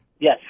yes